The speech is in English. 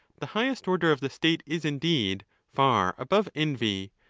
the highest order of the state is, indeed, far above envy,